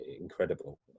incredible